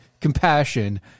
compassion